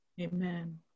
Amen